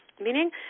Meaning